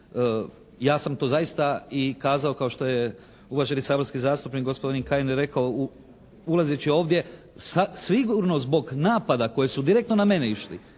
Ja sam to zaista i kazao kao što je uvaženi saborski zastupnik gospodin Kajin rekao ulazeći ovdje sigurno zbog napada koji su direktno na mene išli